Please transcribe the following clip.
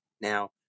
now